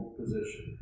position